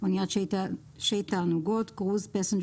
"אניית שיט תענוגות" Cruise passenger